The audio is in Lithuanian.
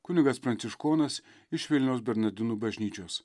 kunigas pranciškonas iš vilniaus bernardinų bažnyčios